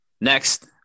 Next